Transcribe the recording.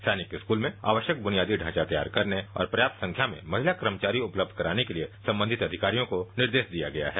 सैनिक स्कूल में आवश्यक बुनियादी ढांचा तैयार करने और पर्यात संख्या में महिला कर्मचारी उपलब्ध कराने के लिए संबंधित अधिकारियों को निर्देश दिया गया है